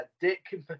Dick